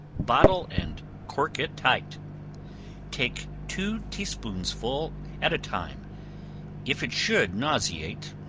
bottle, and cork it tight take two tea-spoonsful at a time if it should nauseate,